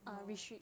!hannor!